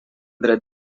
dret